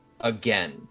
again